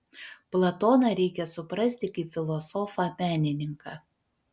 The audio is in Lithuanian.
platoną reikia suprasti kaip filosofą menininką